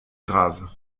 grave